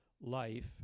life